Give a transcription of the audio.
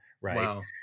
right